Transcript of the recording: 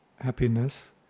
happiness